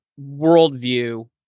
worldview